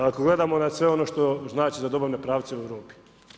Ako gledamo na sve ono što znači za dobavne pravce u Europi.